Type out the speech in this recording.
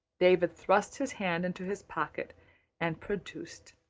davy thrust his hand into his pocket and produced.